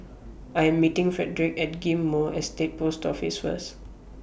I Am meeting Fredrick At Ghim Moh Estate Post Office First